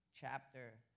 chapter